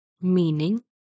Meaning